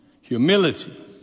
humility